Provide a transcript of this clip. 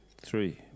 three